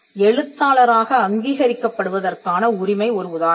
எழுத்தாளராக அங்கீகரிக்கப்படுவதற்கான உரிமை ஒரு உதாரணம்